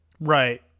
right